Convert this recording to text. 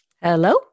Hello